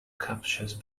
captures